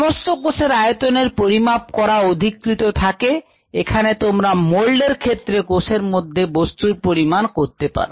সমস্ত কোষের আয়তনের পরিমাপ করা অধিকৃত থাকে এখানে তোমরা মোল্ড এর ক্ষেত্রে কোষের মধ্যে বস্তুর পরিমাপ করতে পারো